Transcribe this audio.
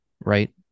right